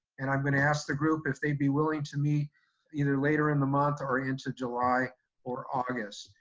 and i'm gonna ask the group if they'd be willing to meet either later in the month or into july or august.